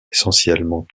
essentiellement